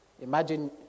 Imagine